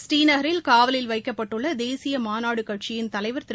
ஸ்ரீநகரில் காவலில் வைக்கப்பட்டுள்ள தேசிய மாநாடு கட்சியின் தலைவர் திரு